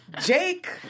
Jake